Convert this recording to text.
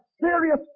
serious